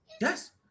Yes